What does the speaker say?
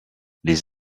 les